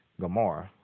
Gamora